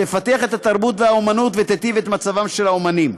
תפתח את התרבות והאמנות ותיטיב את מצבם של האמנים.